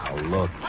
Look